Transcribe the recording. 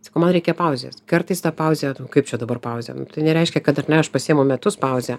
sakau man reikia pauzės kartais ta pauzė kaip čia dabar pauzėnu tai nereiškia kad ar ne aš pasiimu metus pauzę